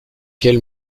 quel